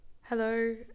Hello